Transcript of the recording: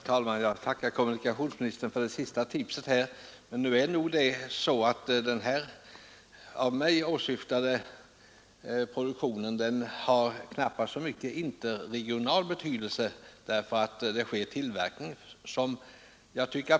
Herr talman! Jag tackar kommunikationsministern för tipset. Den av mig åsyftade produktionen har emellertid knappast så stor interregional betydelse.